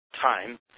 time